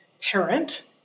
parent